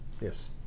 Yes